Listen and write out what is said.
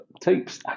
tapes